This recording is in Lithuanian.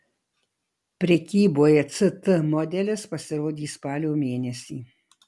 prekyboje ct modelis pasirodys spalio mėnesį